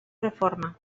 reforma